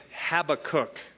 Habakkuk